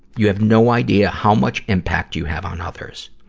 you have no idea how much impact you have on others.